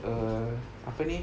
err apa ni